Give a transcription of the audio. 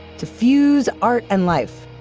to fuse art and life,